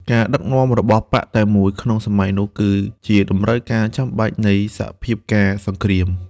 ការដឹកនាំរបស់បក្សតែមួយក្នុងសម័យនោះ គឺជាតម្រូវការចាំបាច់នៃសភាពការណ៍សង្គ្រាម។